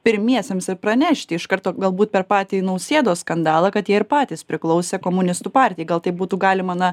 pirmiesiems ir pranešti iš karto galbūt per patį nausėdos skandalą kad jie ir patys priklausė komunistų partijai gal taip būtų galima na